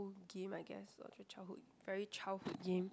<UNK game I guess childhood very childhood game